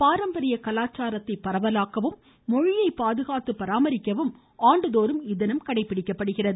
பாரம்பரிய கலாச்சாரத்தை பரவலாக்கவும் பாதுகாத்து பராமரிக்கவும் ஆண்டுதோறும் இத்தினம் கடைபிடிக்கப்படுகிறது